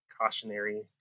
cautionary